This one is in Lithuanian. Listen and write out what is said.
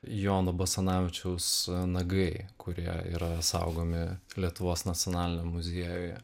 jono basanavičiaus nagai kurie yra saugomi lietuvos nacionaliniam muziejuje